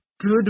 good